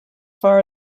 far